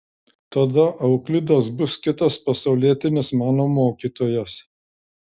tada euklidas bus kitas pasaulietinis mano mokytojas